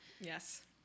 yes